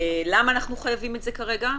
למה אנחנו חייבים את זה כרגע?